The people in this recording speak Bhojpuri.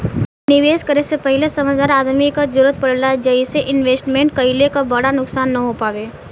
निवेश करे से पहिले समझदार आदमी क जरुरत पड़ेला जइसे इन्वेस्टमेंट कइले क बड़ा नुकसान न हो पावे